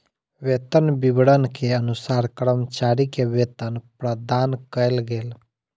वेतन विवरण के अनुसार कर्मचारी के वेतन प्रदान कयल गेल